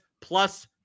plus